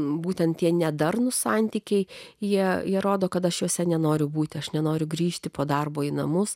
būtent tie nedarnūs santykiai jie įrodo kad aš juose nenoriu būti aš nenoriu grįžti po darbo į namus